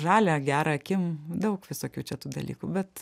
žalia gera akim daug visokių čia tų dalykų bet